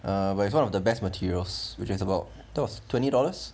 uh but is one of the best materials which is about twenty dollars